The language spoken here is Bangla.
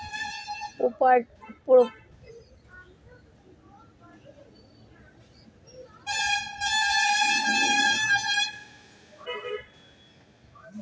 প্রপারটিস মানে হল কোনো জিনিসের সবগুলো বিশিষ্ট্য গঠন